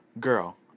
girl